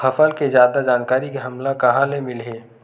फसल के जादा जानकारी हमला कहां ले मिलही?